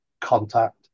contact